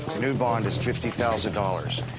new bond is fifty thousand dollars.